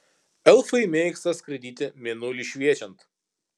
elfai mėgsta skraidyti mėnuliui šviečiant